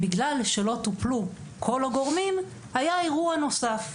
בגלל שלא טופלו כל הגורמים היה אירוע נוסף.